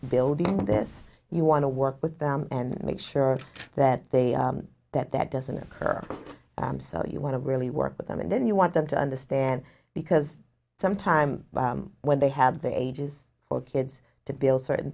building this you want to work with them and make sure that they that that doesn't occur so you want to really work with them and then you want them to understand because some time when they have their ages or kids to build certain